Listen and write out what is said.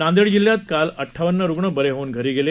नांदेड जिल्ह्यात काल अड्डावन्न रुग्ण बरे होऊन घरी गेले